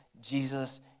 Jesus